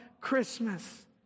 Christmas